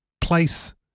place